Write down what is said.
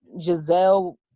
Giselle